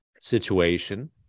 situation